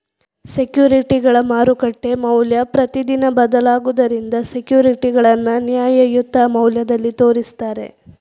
ಸೆಕ್ಯೂರಿಟಿಗಳ ಮಾರುಕಟ್ಟೆ ಮೌಲ್ಯ ಪ್ರತಿದಿನ ಬದಲಾಗುದರಿಂದ ಸೆಕ್ಯೂರಿಟಿಗಳನ್ನ ನ್ಯಾಯಯುತ ಮೌಲ್ಯದಲ್ಲಿ ತೋರಿಸ್ತಾರೆ